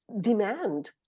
demand